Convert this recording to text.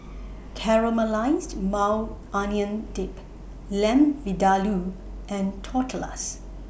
Caramelized Maui Onion Dip Lamb Vindaloo and Tortillas